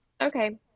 Okay